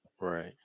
right